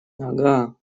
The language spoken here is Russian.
ага